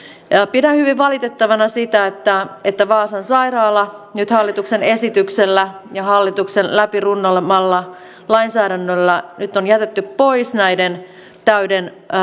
pidän hyvin valitettavana sitä että että vaasan sairaala nyt hallituksen esityksellä ja hallituksen läpi runnomalla lainsäädännöllä on jätetty pois näiden täyden